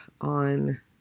on